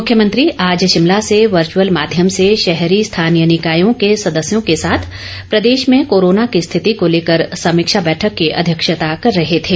मुख्यमंत्री आज शिमला से वर्चअल माध्यम से शहरी स्थानीय निकायों के सदस्यों के साथ प्रदेश में कोरोना की स्थिति को लेकर समीक्षा बैठक की अध्यक्षता कर रहे थे